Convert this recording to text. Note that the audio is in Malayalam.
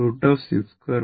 06 j0